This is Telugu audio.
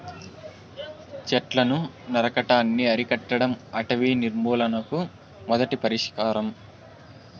చెట్లను నరకటాన్ని అరికట్టడం అటవీ నిర్మూలనకు మొదటి పరిష్కారం